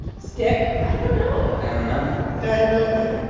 stick i don't know and i don't know yeah i have no idea